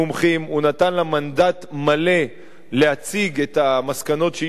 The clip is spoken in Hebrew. הוא נתן לה מנדט מלא להציג את המסקנות שהיא חושבת,